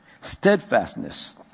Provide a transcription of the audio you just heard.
steadfastness